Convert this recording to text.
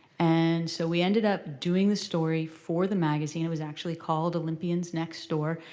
and so we ended up doing this story for the magazine. it was actually called olympians next door.